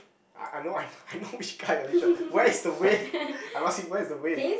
I I know I I know which guy Alicia where is the wave I'm asking where is the wave